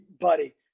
buddy